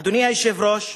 אדוני היושב-ראש,